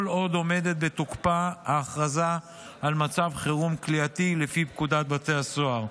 עוד עומדת בתוקפה ההכרזה על מצב חירום כליאתי לפי פקודת בתי הסוהר.